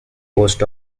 coast